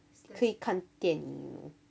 可以看电影 you know